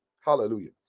Hallelujah